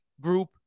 group